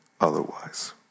otherwise